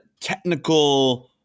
technical